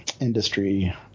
industry